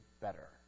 better